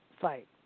fight